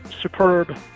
superb